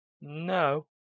no